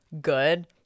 good